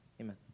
Amen